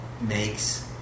makes